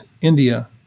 India